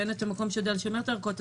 ואין את המקום שיודע לשמר את הערכות,